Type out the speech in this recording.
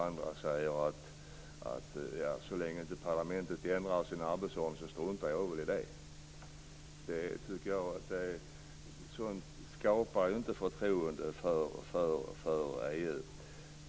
Andra säger att så länge inte parlamentet ändrar sin arbetsordning struntar jag väl i det. Sådant skapar inte förtroende för EU.